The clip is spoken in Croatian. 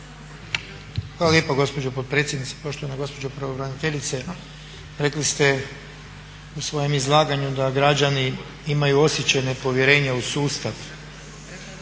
Hvala lijepa gospođo potpredsjednice. Poštovana gospođo pravobraniteljice, rekli ste u svojem izlaganju da građani imaju osjećaj nepovjerenja u sustav.